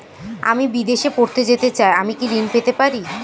আমি বিদেশে পড়তে যেতে চাই আমি কি ঋণ পেতে পারি?